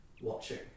watching